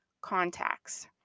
contacts